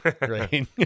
Right